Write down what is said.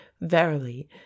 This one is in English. verily